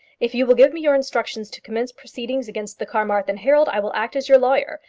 if you will give me your instructions to commence proceedings against the carmarthen herald, i will act as your lawyer.